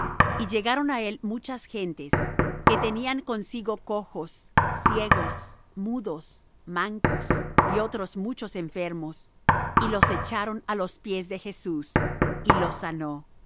y llegaron á él muchas gentes que tenían consigo cojos ciegos mudos mancos y otros muchos enfermos y los echaron á los pies de jesús y los sanó